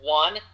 one